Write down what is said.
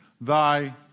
thy